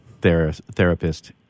Therapist